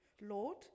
Lord